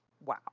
Wow